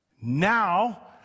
Now